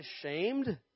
ashamed